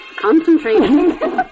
Concentrate